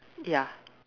ya